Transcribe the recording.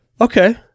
Okay